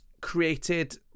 Created